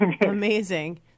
amazing